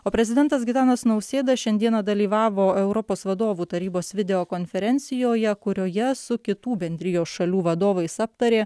o prezidentas gitanas nausėda šiandieną dalyvavo europos vadovų tarybos video konferencijoje kurioje su kitų bendrijos šalių vadovais aptarė